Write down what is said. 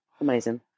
Amazing